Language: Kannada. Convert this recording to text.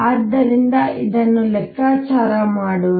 ಆದ್ದರಿಂದ ಇದನ್ನು ಲೆಕ್ಕಾಚಾರ ಮಾಡೋಣ